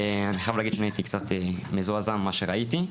אני חייב להגיד שהייתי קצת מזועזע ממה שראיתי,